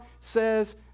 says